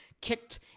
kicked